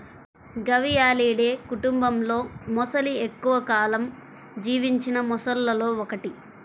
గవియాలిడే కుటుంబంలోమొసలి ఎక్కువ కాలం జీవించిన మొసళ్లలో ఒకటి